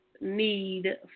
need